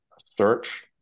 search